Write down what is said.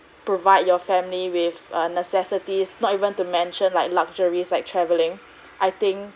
provide your family with err necessities not dimension like luxuries like travelling I think